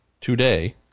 today